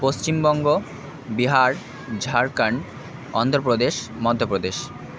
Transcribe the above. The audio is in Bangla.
পশ্চিমবঙ্গ বিহার ঝাড়খান্ড অন্ধ্র প্রদেশ মধ্য প্রদেশ